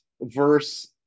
verse